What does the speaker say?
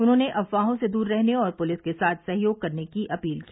उन्होंने अफवाहों से दूर रहने और पुलिस के साथ सहयोग करने की अपील की